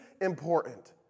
important